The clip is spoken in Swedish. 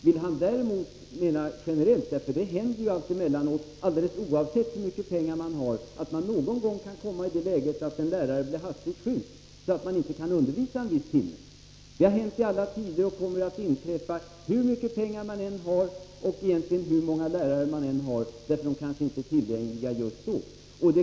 Vill han däremot se frågan generellt, är det en annan sak. Det händer alltemellanåt, alldeles oavsett hur mycket pengar man än har, att man kan komma i ett läge där en lärare blir hastigt sjuk, så att man inte kan ge undervisning en viss timme. Det har hänt i alla tider och kommer att inträffa — hur mycket pengar man än har och hur många lärare man än har — att läraren inte är tillgänglig vid ett visst tillfälle.